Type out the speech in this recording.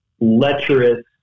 lecherous